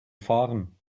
fahren